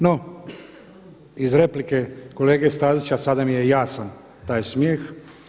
No, iz replike kolege Stazića sada mi je jasan taj smijeh.